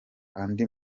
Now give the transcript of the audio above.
andi